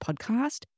podcast